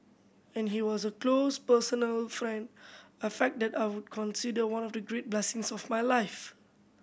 and he was a close personal friend a fact that I consider one of the great blessings of my life